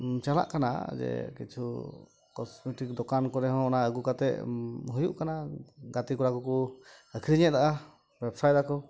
ᱪᱟᱞᱟᱜ ᱠᱟᱱᱟ ᱡᱮ ᱠᱤᱪᱷᱩ ᱠᱚᱥᱢᱮᱴᱤᱠ ᱫᱳᱠᱟᱱ ᱠᱚᱨᱮ ᱦᱚᱸ ᱚᱱᱟ ᱟᱹᱜᱩ ᱠᱟᱛᱮᱫ ᱦᱩᱭᱩᱜ ᱠᱟᱱᱟ ᱜᱟᱛᱮ ᱠᱚᱲᱟ ᱠᱚᱠᱚ ᱟᱹᱠᱷᱨᱤᱧᱮᱫᱟ ᱵᱮᱵᱽᱥᱟᱭᱫᱟᱠᱚ